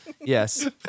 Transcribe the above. yes